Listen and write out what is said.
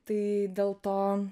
tai dėl to